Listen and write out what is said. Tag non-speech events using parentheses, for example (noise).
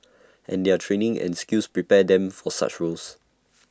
(noise) and their training and skills prepare them for such roles